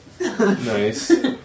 Nice